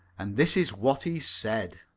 and this is what he said